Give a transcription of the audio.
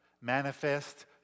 manifest